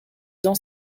dans